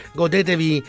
godetevi